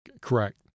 Correct